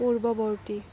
পূৰ্বৱৰ্তী